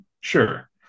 sure